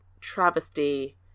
travesty